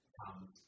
comes